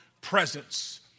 presence